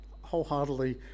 wholeheartedly